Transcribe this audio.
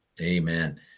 Amen